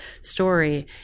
story